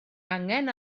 angen